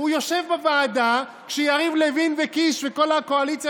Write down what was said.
והוא יושב בוועדה כשיריב לוין וקיש וכל הקואליציה